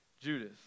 Judas